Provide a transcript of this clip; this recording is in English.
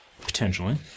Potentially